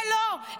ולא,